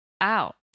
out